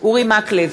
אורי מקלב,